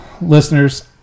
listeners